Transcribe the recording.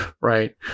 right